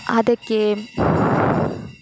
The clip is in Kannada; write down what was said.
ಅದಕ್ಕೆ